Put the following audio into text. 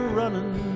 running